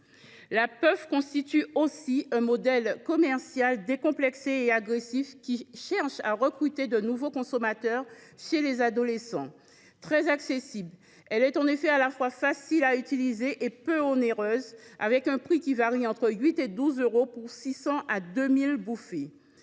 La puff constitue aussi un modèle commercial décomplexé et agressif, qui cherche à recruter de nouveaux consommateurs chez les adolescents. Elle est très accessible, étant à la fois facile à utiliser et peu onéreuse, avec un prix variant entre 8 euros et 12 euros pour 600 à 2 000 bouffées.